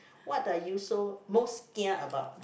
what are you so most kia about